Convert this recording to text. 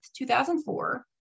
2004